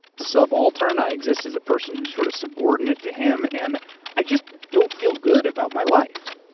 subaltern, i exist as a person who's sort of subordinate to him and i just don't feel good about my life.